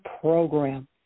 Program